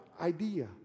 idea